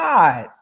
God